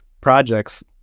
projects